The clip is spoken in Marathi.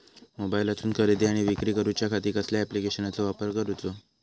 मोबाईलातसून खरेदी आणि विक्री करूच्या खाती कसल्या ॲप्लिकेशनाचो वापर करूचो?